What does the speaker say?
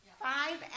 Five